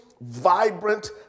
vibrant